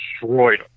destroyed